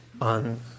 on